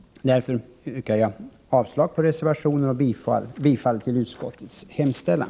Herr talman! Jag yrkar avslag på reservationen och bifall till utskottets hemställan.